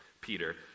Peter